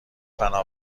فنا